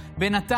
בעד,